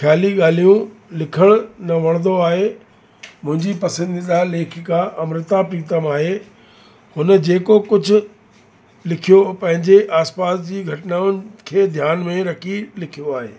ख़्याली ॻाल्हियूं लिखणु न वणंदो आहे मुंहिंजी पसंदीदा लेखिका अमृता प्रीतम आहे हुन जेको कुझु लिखियो पंहिंजे आस पास जी घटनाऊं खे ध्यान में रखी लिखियो आहे